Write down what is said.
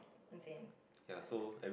as in I will never